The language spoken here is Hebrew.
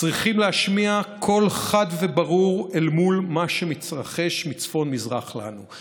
צריכים להשמיע קול חד וברור אל מול מה שמתרחש מצפון-מזרח לנו.